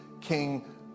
king